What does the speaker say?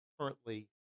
currently